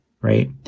Right